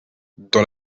dans